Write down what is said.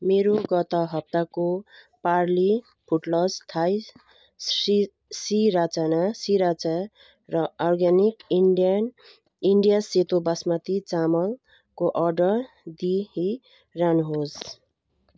मेरो गत हप्ताको पार्ले फुटलस थाई सृराचा सिराचा र अर्ग्यानिक इन्डियन इन्डिया सेतो बासमती चामलको अर्डर दिइरहनुहोस्